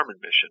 mission